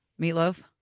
meatloaf